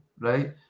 right